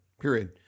period